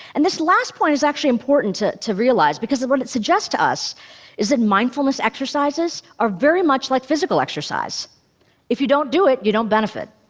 and this last point is actually important to to realize, because of what it suggests to us is that mindfulness exercises are very much like physical exercise if you don't do it, you don't benefit.